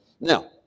Now